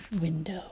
window